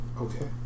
Okay